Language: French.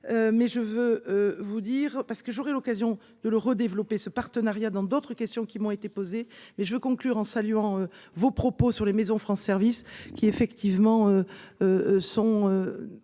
Mais je veux vous dire parce que j'aurai l'occasion de le redévelopper ce partenariat dans d'autres questions qui m'ont été posées, mais je veux conclure en saluant vos propos sur les maisons France service qui effectivement. Sont.